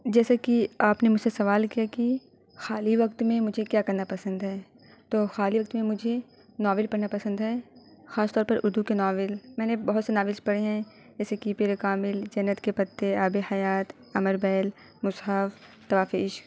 جیسے کہ آپ نے مجھ سے سوال کیا کہ خالی وقت میں مجھے کیا کرنا پسند ہے تو خالی وقت میں مجھے ناول پڑھنا پسند ہے خاص طور پر اردو کے ناول میں نے بہت سے ناولس پڑھے ہیں جیسے کہ پیر کامل جنت کے پتے آب حیات امر بیل مصحف طواف عشق